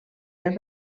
les